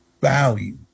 value